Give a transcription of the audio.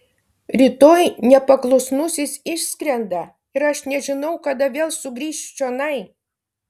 rytoj nepaklusnusis išskrenda ir aš nežinau kada vėl sugrįšiu čionai